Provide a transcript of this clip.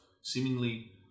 seemingly